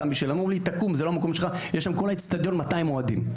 אמרו לי לקום למרות שבכל האצטדיון היו 200 אוהדים.